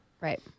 Right